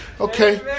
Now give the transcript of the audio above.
Okay